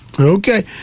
Okay